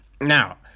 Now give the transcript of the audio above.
Now